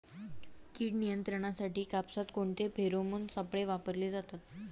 कीड नियंत्रणासाठी कापसात कोणते फेरोमोन सापळे वापरले जातात?